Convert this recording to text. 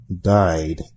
died